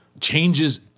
changes